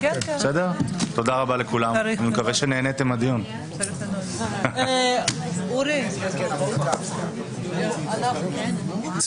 (הישיבה נפסקה בשעה 14:25 ונתחדשה בשעה 15:02.) כשביקש